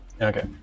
Okay